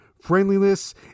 Friendliness